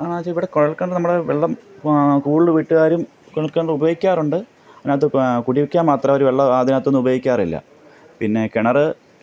ആ വച്ചാൽ ഇവിടെ കുഴൽക്കിണർ നമ്മൾ വെള്ളം കൂടുതൽ വീട്ടുകാരും കുഴൽക്കിണർ ഉപയോഗിക്കാറുണ്ട് അതിനകത്ത് ഇപ്പോൾ കുടിക്കാൻ മാത്രം അവർ വെള്ളം അതിനത്തു നിന്ന് ഉപയോഗിക്കാറില്ല പിന്നെ കിണർ